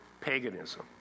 paganism